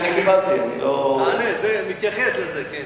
תענה, זה מתייחס לזה.